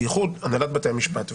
בייחוד הנהלת בתי המשפט,